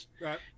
Right